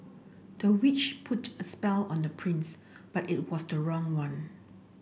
the witch put a spell on the prince but it was the wrong one